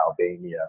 Albania